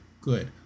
Good